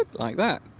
but like that